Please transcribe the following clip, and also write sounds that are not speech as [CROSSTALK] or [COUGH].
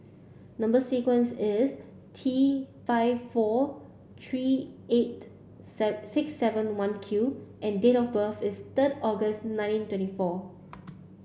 number sequence is T five four three eight [UNINTELLIGIBLE] six seven one Q and date of birth is third August nineteen twenty four